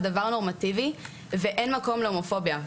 זה דבר נורמטיבי ואין מקום להומופוביה,